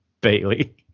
Bailey